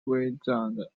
wizard